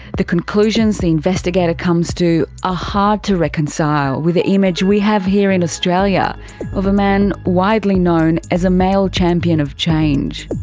the conclusions the investigator comes to are ah hard to reconcile with the image we have here in australia of a man widely known as a male champion of change.